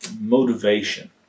motivation